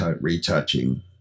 retouching